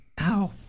Ow